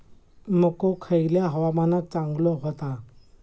मको खयल्या हवामानात चांगलो होता?